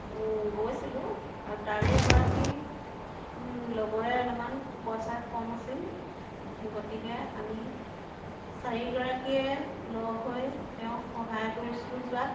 গৈছিলোঁ আৰু তাৰে এগৰাকী লগৰে অলপমান পইচা কম আছিল গতিকে আমি চাৰিগৰাকীয়ে লগ হৈ তেওঁক সহায় কৰিছিলোঁ যোৱাত